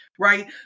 Right